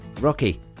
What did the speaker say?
Rocky